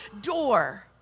door